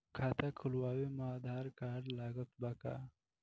खाता खुलावे म आधार कार्ड लागत बा का?